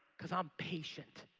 cause i'm patient.